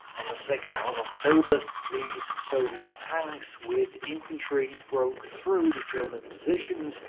on the sixth of october, these soviet tanks, with infantry, broke through the german positions,